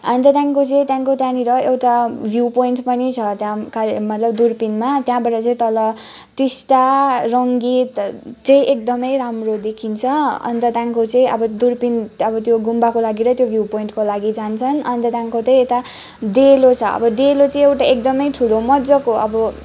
अन्त त्यहाँदेखिको चाहिँ त्यानको त्यहाँनिर एउटा भ्युपोइन्ट पनि छ त्यहाँ का मतलब दुरपिनमा त्यहाँबाट चाहिँ तल टिस्टा रङ्गीत चाहिँ एकदमै राम्रो देखिन्छ अन्त त्यहाँदेखिको चाहिँ अब दुरपिन अब त्यो गुम्बाको लागि र भ्युपोइन्टको लागि जान्छन् अन्त त्यहाँदेखिको चाहिँ यता डेलो छ अब डेलो चाहिँ एउटा एकदमै ठुलो मजाको अब